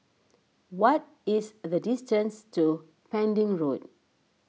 what is the distance to Pending Road